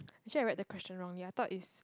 actually I write the question wrongly I thought is